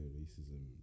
racism